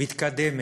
מתקדמת,